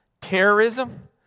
terrorism